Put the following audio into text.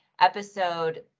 episode